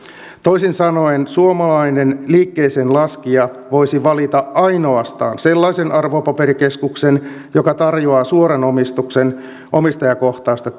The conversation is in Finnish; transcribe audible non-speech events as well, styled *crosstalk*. toisin sanoen suomalainen liikkeeseenlaskija voisi valita ainoastaan sellaisen arvopaperikeskuksen joka tarjoaa suoran omistuksen omistajakohtaista *unintelligible*